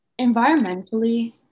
environmentally